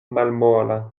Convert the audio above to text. malmola